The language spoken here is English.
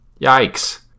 Yikes